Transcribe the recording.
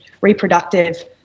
reproductive